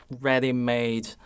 ready-made